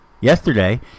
yesterday